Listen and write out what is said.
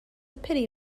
pity